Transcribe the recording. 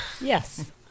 Yes